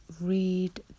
read